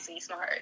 smart